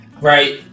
right